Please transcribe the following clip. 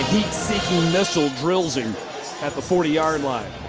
heat-seek missile, drills him at the forty yard line.